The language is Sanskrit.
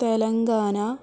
तेलङ्गाना